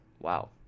Wow